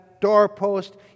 doorpost